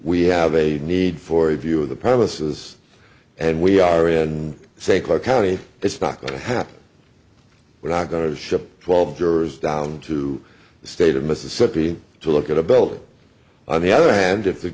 we have a need for a view of the premises and we are in st clair county it's not going to happen we're not going to ship twelve jurors down to the state of mississippi to look at a building on the other hand if the